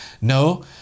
No